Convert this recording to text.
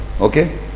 Okay